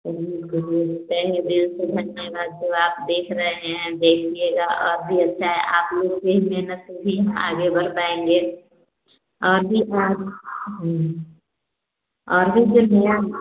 बिल्कुल तहदिल से धन्यवाद जो आप देख रहे हैं देखिएगा और भी अच्छा है आप लोग भेज देना तो ही हम हम आगे बढ़ पाएँगे और भी काम और भी इधर भैया